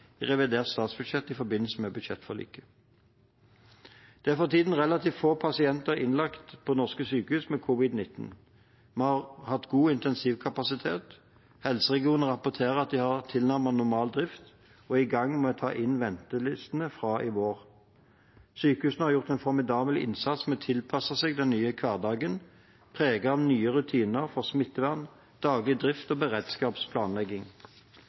Det er for tiden relativt få pasienter innlagt på norske sykehus med covid-19. Vi har hatt god intensivkapasitet. Helseregionene rapporterer at de har tilnærmet normal drift og er i gang med å ta inn ventelistene fra i vår. Sykehusene har gjort en formidabel innsats med å tilpasse seg den nye hverdagen preget av nye rutiner for smittevern, daglig drift og beredskapsplanlegging.